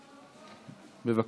בבקשה.